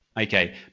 okay